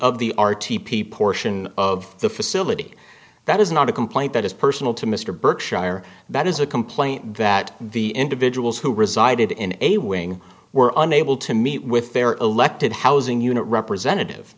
of the r t p portion of the facility that is not a complaint that is personal to mr berkshire that is a complaint that the individuals who resided in a wing were unable to meet with their elected housing unit representative